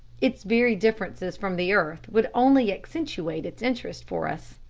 its very differences from the earth would only accentuate its interest for us.